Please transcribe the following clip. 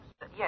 Yes